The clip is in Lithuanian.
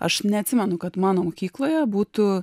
aš neatsimenu kad mano mokykloje būtų